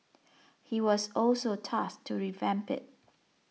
he was also tasked to revamp it